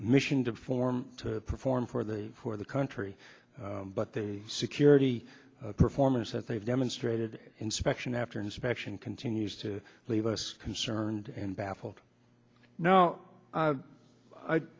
mission to form to perform for the for the country but the security performance that they've demonstrated an inspection after inspection continues to leave us concerned and baffled now i'd